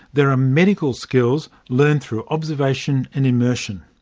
there are medical skills learned through observation and immersion.